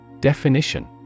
Definition